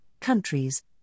countries